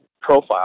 profile